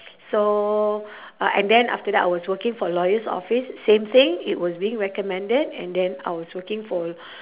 so uh and then after that I was working for lawyer's office same thing it was being recommended and then I was working for